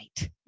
right